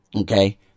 Okay